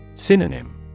Synonym